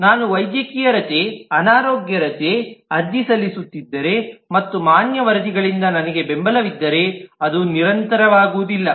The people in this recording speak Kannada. ನಾನು ವೈದ್ಯಕೀಯ ರಜೆ ಅನಾರೋಗ್ಯ ರಜೆಗಾಗಿ ಅರ್ಜಿ ಸಲ್ಲಿಸುತ್ತಿದ್ದರೆ ಮತ್ತು ಮಾನ್ಯ ವರದಿಗಳಿಂದ ನನಗೆ ಬೆಂಬಲವಿಲ್ಲದಿದ್ದರೆ ಅದು ನಿರಂತರವಾಗುವುದಿಲ್ಲ